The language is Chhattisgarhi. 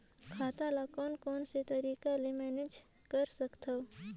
खाता ल कौन कौन से तरीका ले मैनेज कर सकथव?